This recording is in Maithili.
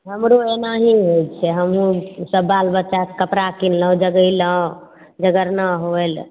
हमरो एनाही होइ छै हमरो सभ बाल बच्चाके कपड़ा किनलहुॅं जगेलहुॅं जगरना होएल